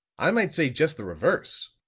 i might say just the reverse.